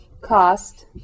cost